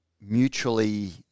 mutually